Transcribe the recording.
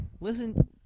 listen